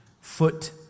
foot